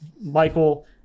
Michael